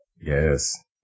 Yes